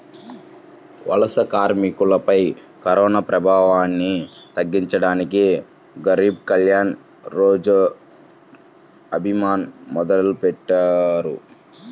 వలస కార్మికులపై కరోనాప్రభావాన్ని తగ్గించడానికి గరీబ్ కళ్యాణ్ రోజ్గర్ అభియాన్ మొదలెట్టారు